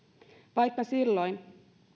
vaikka silloin